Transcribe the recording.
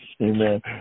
Amen